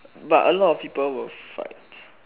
but a lot of people will fight